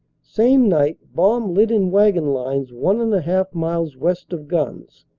same night bomb lit in wagon lines one and a half miles west of guns,